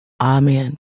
Amen